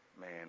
man